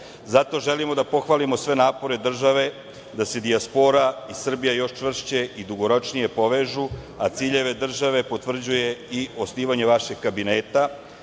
Zato želimo da pohvalimo sve napore države da se dijaspora i Srbija još čvršće i dugoročnije povežu, a ciljeve države potvrđuje i osnivanje vašeg kabineta